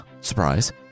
surprise